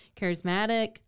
charismatic